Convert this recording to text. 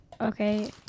Okay